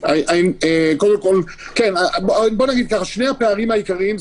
קודם כול יש שני פערים עיקריים.